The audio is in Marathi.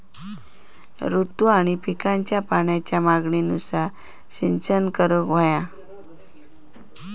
ऋतू आणि पिकांच्या पाण्याच्या मागणीनुसार सिंचन करूक व्हया